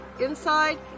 inside